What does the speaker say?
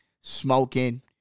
smoking